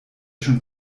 schon